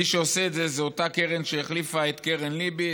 מי שעושה את זה זו אותה קרן שהחליפה את קרן לב"י,